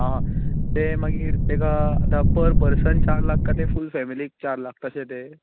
तें मागीर ताका पर पर्सन चार लाख काय ते फूल फेमिलीक चार लाख तशें तें